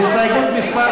הסתייגות מס'